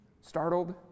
startled